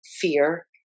fear